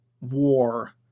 war